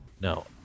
no